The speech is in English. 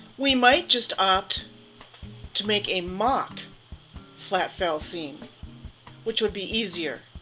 we might just opt to make a mock flat fell seam which would be easier,